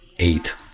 Eight